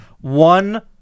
One